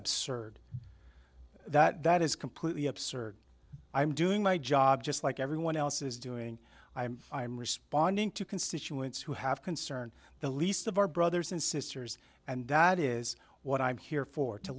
absurd that that is completely absurd i'm doing my job just like everyone else is doing i'm responding to constituents who have concern the least of our brothers and sisters and that is what i'm here for to